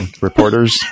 reporters